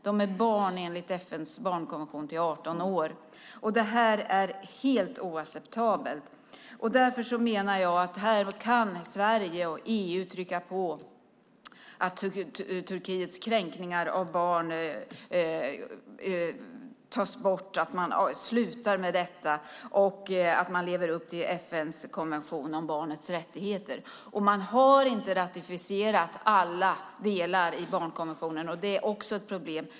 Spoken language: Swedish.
De är barn enligt FN:s barnkonvention till 18 år. Det här är helt oacceptabelt. Därför menar jag att Sverige och EU kan trycka på så att Turkiets kränkningar av barn tas bort, så att man slutar med detta och lever upp till FN:s konvention om barnets rättigheter. Man har inte ratificerat alla delar i barnkonventionen. Det är också ett problem.